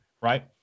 right